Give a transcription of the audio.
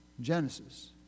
Genesis